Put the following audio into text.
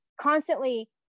constantly